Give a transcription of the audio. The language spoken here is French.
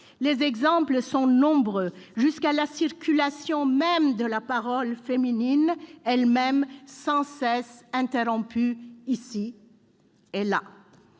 Les exemples sont nombreux, jusqu'à la circulation de la parole féminine elle-même sans cesse interrompue, ici ... et là.